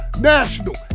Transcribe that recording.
national